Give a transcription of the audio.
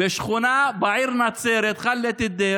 בשכונה בעיר נצרת, ח'אלת אל-דיר,